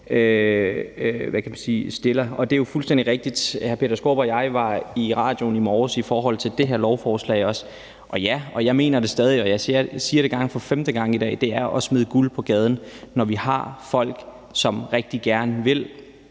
stiller. Og det er jo fuldstændig rigtigt, at hr. Peter Skaarup og jeg var i radioen i morges om det her lovforslag. Og ja, jeg mener stadig, og jeg siger det gerne for femte gang i dag: Det er at smide guld på gaden, når vi har folk, som rigtig gerne vil